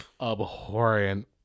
abhorrent